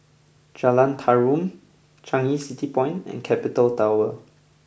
Jalan Tarum Changi City Point and Capital Tower